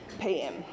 PM